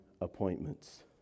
appointments